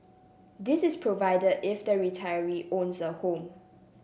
this is provided if the retiree owns a home